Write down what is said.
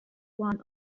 one